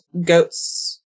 goats